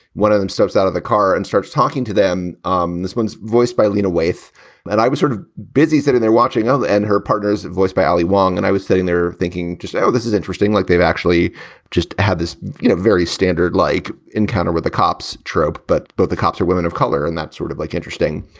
one of them steps out of the car and starts talking to them. um this one's voiced by lina waysthe and i was sort of busy sitting there watching her and her partners voiced by ali whang. and i was sitting there thinking just, oh, this is interesting. like they've actually just had this you know very standard like encounter with the cops trope. but but the cops are women of color and that sort of like interesting.